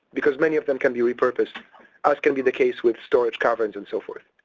because many of them can be repurposed as can be the case with storage coverage and so forth.